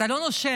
אתה לא נושם.